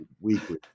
weekly